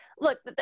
look